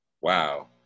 Wow